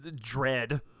dread